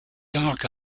dark